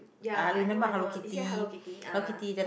ya I know I know he said Hello Kitty ah